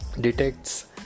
detects